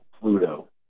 Pluto